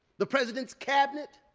the president's cabinet,